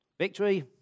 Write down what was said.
Victory